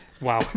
Wow